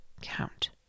count